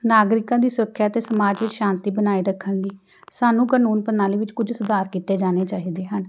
ਨਾਗਰਿਕਾਂ ਦੀ ਸੁਰੱਖਿਆ ਅਤੇ ਸਮਾਜ ਵਿੱਚ ਸ਼ਾਂਤੀ ਬਣਾਈ ਰੱਖਣ ਲਈ ਸਾਨੂੰ ਕਾਨੂੰਨ ਪ੍ਰਣਾਲੀ ਵਿੱਚ ਕੁਝ ਸੁਧਾਰ ਕੀਤੇ ਜਾਣੇ ਚਾਹੀਦੇ ਹਨ